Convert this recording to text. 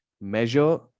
measure